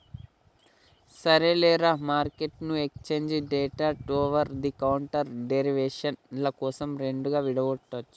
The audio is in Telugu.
సరేలేరా, మార్కెట్ను exchange traded over the counter derivative ల కోసం రెండుగా విడగొట్టొచ్చు